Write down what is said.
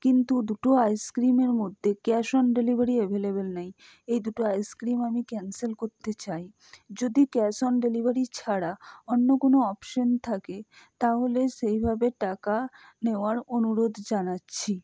কিন্তু দুটো আইসক্রিমের মধ্যে ক্যাশ অন ডেলিভারি অ্যাভেলেবল নেই এই দুটো আইসক্রিম আমি ক্যানসেল করতে চাই যদি ক্যাশ অন ডেলিভারি ছাড়া অন্য কোনো অপশন থাকে তাহলে সেইভাবে টাকা নেওয়ার অনুরোধ জানাচ্ছি